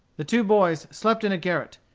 the two boys slept in a garret,